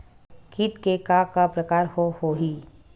कीट के का का प्रकार हो होही?